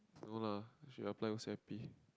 no lah should apply O_C_I_P